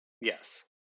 Yes